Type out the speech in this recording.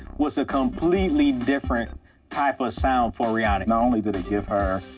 was a completely different type of sound for rihanna. not only did it give her,